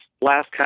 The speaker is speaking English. last